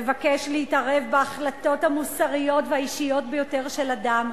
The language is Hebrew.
מבקש להתערב בהחלטות המוסריות והאישיות ביותר של אדם,